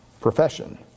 profession